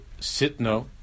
Sitno